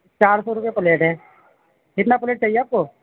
چار سو روپیہ پلیٹ ہے کتنا پلیٹ چاہیے آپ کو